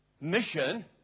mission